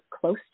close